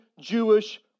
Jewish